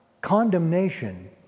condemnation